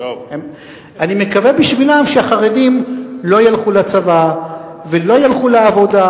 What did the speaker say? אני מקווה בשבילם שהחרדים לא ילכו לצבא ולא ילכו לעבודה,